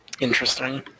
Interesting